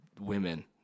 women